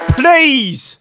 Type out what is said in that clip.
please